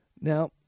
Now